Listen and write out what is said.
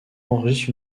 enregistre